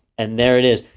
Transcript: and there it is.